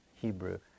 Hebrew